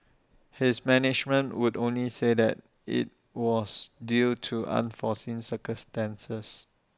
his management would only say that IT was due to unforeseen circumstances